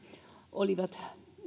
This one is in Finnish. olivat